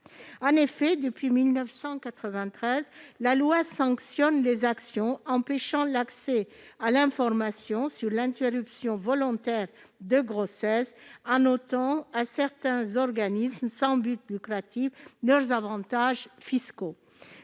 En effet, depuis 1993, la loi sanctionne les actions empêchant l'accès à l'information sur l'interruption volontaire de grossesse, en ôtant à certains organismes sans but lucratif leurs avantages fiscaux.